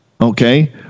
okay